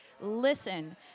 listen